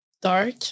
dark